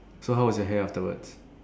so how was your hair afterwards